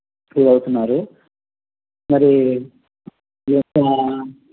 feel అవుతున్నారు మరీ